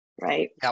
right